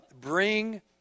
bring